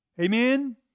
Amen